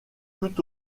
tout